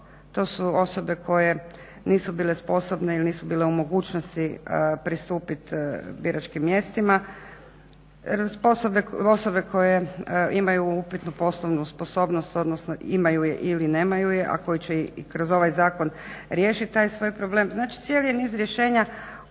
To su osobe koje nisu bile sposobne ili nisu bile u mogućnosti pristupit biračkim mjestima, osobe koje imaju upitnu poslovnu sposobnost odnosno imaju je ili nemaju je, a koje će i kroz ovaj zakona riješit taj svoj problem. Znači, cijeli je niz rješenja koji